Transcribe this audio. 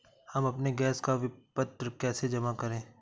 हम अपने गैस का विपत्र कैसे जमा करें?